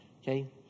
Okay